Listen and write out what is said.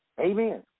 Amen